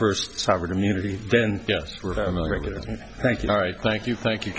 first sovereign immunity then thank you all right thank you thank you